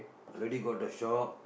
already got the shop